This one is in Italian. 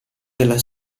della